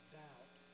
doubt